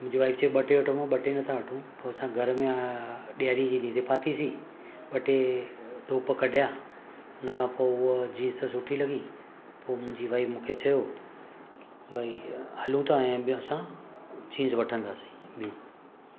त मुंहिंजी वाइफ चयईं ॿ टे वठो मां ॿ टे नथा वठूं पोइ असां घर में आहे ॾियारी जी ॾींहुं ते पातीसीं ॿ टे धोप कढिया उन खां पोइ उहा जींस सुठी लॻी पोइ मुंहिंजी वाइफ मूंखे चयो भई हलूं ऐं ॿियो असां चीज़ वठंदासीं होॾे